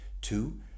Two